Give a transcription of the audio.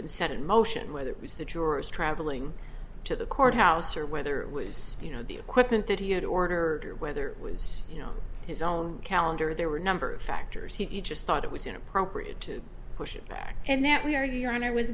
been set in motion whether it was the jurors traveling to the courthouse or whether it was you know the equipment that he had order or whether it was you know his own calendar there were a number of factors he just thought it was inappropriate to push it back and that we are your and i was